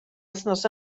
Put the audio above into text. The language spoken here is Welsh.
wythnos